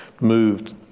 moved